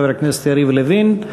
חבר הכנסת יריב לוין,